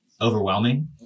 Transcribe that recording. overwhelming